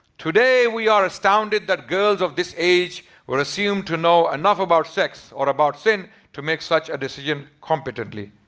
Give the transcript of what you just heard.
today we are astounded that girls of this age were assumed to know enough about sex or about sins to make such a decision competently.